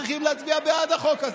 צריכים להצביע בעד החוק הזה.